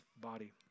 body